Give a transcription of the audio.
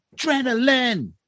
Adrenaline